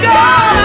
God